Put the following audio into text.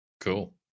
Cool